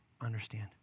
understand